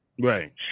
Right